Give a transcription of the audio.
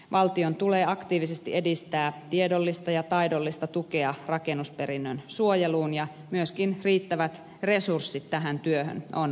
valtion tukee aktiivisesti edistää tiedollista ja taidollista tukea rakennusperinnön suojeluun ja myöskin riittävät resurssit tähän työhön on varmistettava